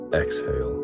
exhale